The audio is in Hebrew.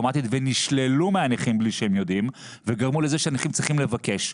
כי אז הם ישאירו לך מקום לפרשנות.